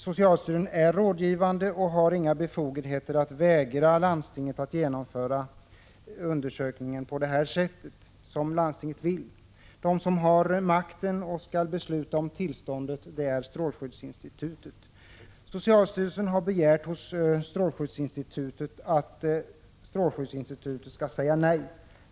Socialstyrelsen är rådgivande och har inga befogenheter att vägra något landsting att genomföra undersökningar som man vill. Det organ som har makten och skall besluta om tillstånd är strålskyddsinstitutet. Socialstyrelsen har begärt hos strålskyddsinstitutet att institutet skall säga nej.